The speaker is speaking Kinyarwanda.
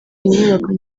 inyubako